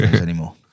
anymore